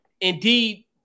indeed